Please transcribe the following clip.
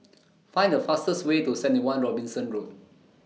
Find The fastest Way to seventy one Robinson Road